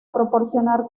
proporcionar